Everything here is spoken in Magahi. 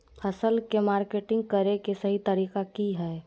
फसल के मार्केटिंग करें कि सही तरीका की हय?